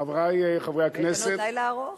חברי חברי הכנסת, יש לנו עוד לילה ארוך.